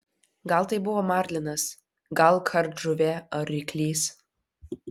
gal tai buvo marlinas gal kardžuvė ar ryklys